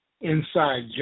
Inside